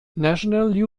national